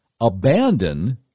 abandon